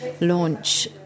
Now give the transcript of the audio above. launch